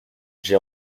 j’ai